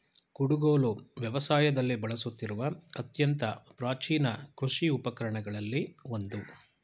ಕುಡುಗೋಲು ವ್ಯವಸಾಯದಲ್ಲಿ ಬಳಸುತ್ತಿರುವ ಅತ್ಯಂತ ಪ್ರಾಚೀನ ಕೃಷಿ ಉಪಕರಣಗಳಲ್ಲಿ ಒಂದು